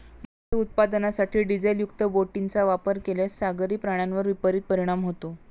मासे उत्पादनासाठी डिझेलयुक्त बोटींचा वापर केल्यास सागरी प्राण्यांवर विपरीत परिणाम होतो